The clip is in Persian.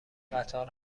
قطار